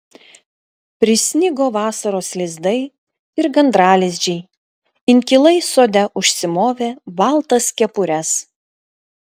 prisnigo vasaros lizdai ir gandralizdžiai inkilai sode užsimovė baltas kepures